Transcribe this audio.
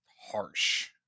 harsh